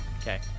Okay